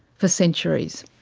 for centuries.